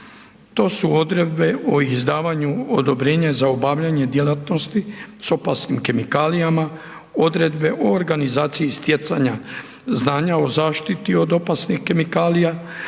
To su Odredbe o izdavanju odobrenja za obavljanje djelatnosti s opasnim kemikalijama, Odredbe o organizaciji stjecanja znanja o zaštiti od opasnih kemikalija,